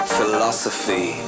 Philosophy